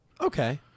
Okay